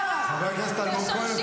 חבר הכנסת אלמוג כהן, אתה בקריאה ראשונה.